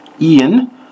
Ian